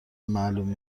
معلوم